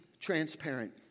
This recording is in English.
transparent